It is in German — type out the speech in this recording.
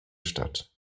statt